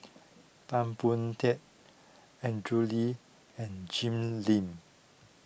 Tan Boon Teik Andrew Lee and Jim Lim